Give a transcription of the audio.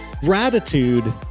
Gratitude